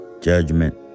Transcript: judgment